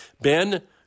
Ben